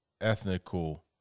ethnical